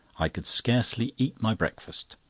i could scarcely eat my breakfast.